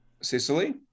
Sicily